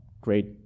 great